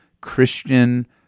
Christian